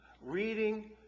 Reading